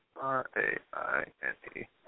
R-A-I-N-E